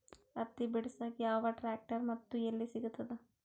ಹತ್ತಿ ಬಿಡಸಕ್ ಯಾವ ಟ್ರ್ಯಾಕ್ಟರ್ ಮತ್ತು ಎಲ್ಲಿ ಸಿಗತದ?